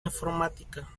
informática